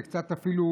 זה קצת אפילו,